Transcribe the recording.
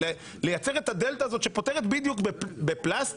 לייצר את הדלתא הזאת שפותרת בדיוק בפלסטר